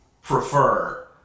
prefer